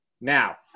Now